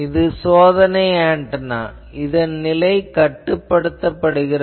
இது சோதனை ஆன்டெனா இதன் நிலை கட்டுப்படுத்தப்படுகிறது